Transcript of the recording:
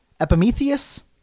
Epimetheus